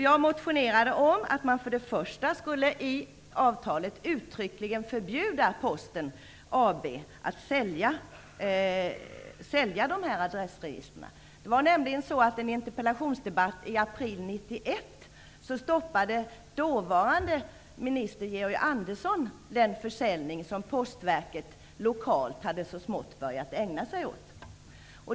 Jag har för det första motionerat om att man i avtalet uttryckligen förbjuder Posten I en interpellationsdebatt i april 1991 stoppade nämligen dåvarande ministern Georg Andersson den försäljning som Postverket lokalt så smått hade börjat ägna sig åt.